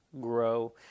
Grow